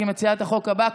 כי היא מציעת החוק הבא.